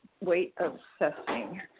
weight-obsessing